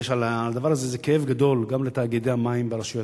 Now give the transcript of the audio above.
הדבר הזה זה כאב גדול גם לתאגידי המים ברשויות